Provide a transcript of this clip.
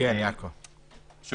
זה